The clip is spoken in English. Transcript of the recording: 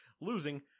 losing